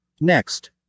Next